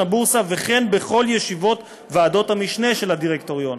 הבורסה ובכל ישיבות ועדות המשנה של הדירקטוריון.